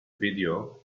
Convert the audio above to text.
video